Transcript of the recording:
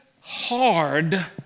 hard